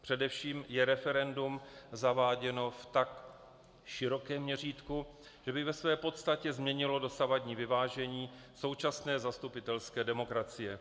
Především je referendum zaváděno v tak širokém měřítku, že by ve své podstatě změnilo dosavadní vyvážení současné zastupitelské demokracie.